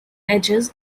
edges